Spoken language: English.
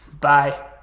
Bye